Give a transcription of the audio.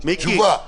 מספרי הזיהוי שלהם,